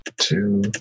Two